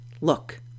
look